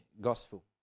gospel